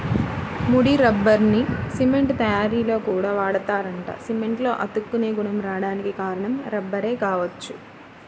ముడి రబ్బర్ని సిమెంట్ తయ్యారీలో కూడా వాడతారంట, సిమెంట్లో అతుక్కునే గుణం రాడానికి కారణం రబ్బరే గావచ్చు